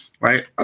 Right